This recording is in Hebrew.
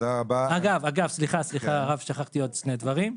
כשדיברנו